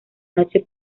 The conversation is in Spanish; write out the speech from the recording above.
noche